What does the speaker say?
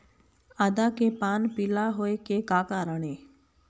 आदा के पान पिला होय के का कारण ये?